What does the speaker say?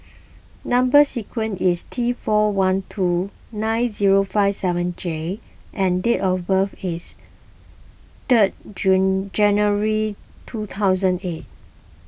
Number Sequence is T four one two nine zero five seven J and date of birth is third January two thousand eight